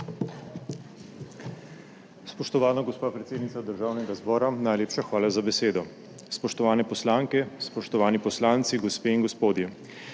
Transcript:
Spoštovana gospa predsednica Državnega zbora, najlepša hvala za besedo. Spoštovane poslanke, spoštovani poslanci, gospe in gospodje!